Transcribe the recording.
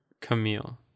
Camille